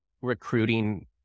recruiting